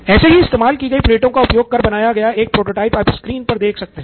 ऐसे ही इस्तेमाल की गई प्लेटों का उपयोग कर बनाया गया एक प्रोटोटाइप आप स्क्रीन पर देख सकते हैं